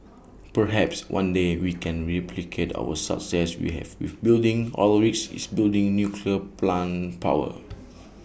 perhaps one day we can replicate our success we have with building oil rigs is building nuclear plant power